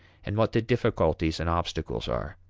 and what the difficulties and obstacles are.